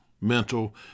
mental